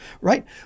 right